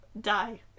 die